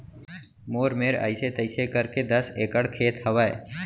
मोर मेर अइसे तइसे करके दस एकड़ खेत हवय